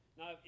Now